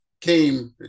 came